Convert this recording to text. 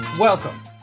Welcome